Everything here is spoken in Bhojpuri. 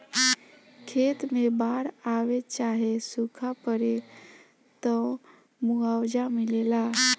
खेत मे बाड़ आवे चाहे सूखा पड़े, त मुआवजा मिलेला